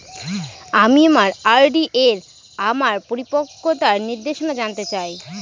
আমি আমার আর.ডি এর আমার পরিপক্কতার নির্দেশনা জানতে চাই